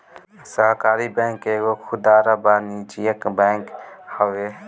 सहकारी बैंक एगो खुदरा वाणिज्यिक बैंक हवे